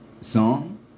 song